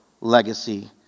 legacy